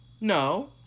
No